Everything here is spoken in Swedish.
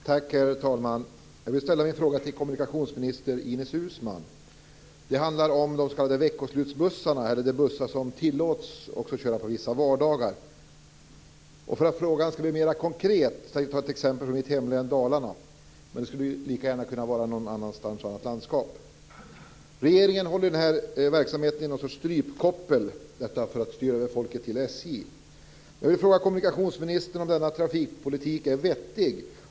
Herr talman! Jag vill ställa en fråga till kommunikationsminister Ines Uusmann. Det handlar om de s.k. veckoslutsbussarna, de bussar som tillåts köra också vissa vardagar. För att frågan skall bli mera konkret tänkte jag ta ett exempel från mitt hemlän Dalarna, men det skulle lika gärna vara någon annanstans och ett annat landskap. Regeringen håller den här verksamheten i någon sorts strypkoppel för att styra över folket till SJ. Jag vill fråga kommunikationsministern om denna trafikpolitik är vettig.